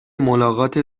ملاقات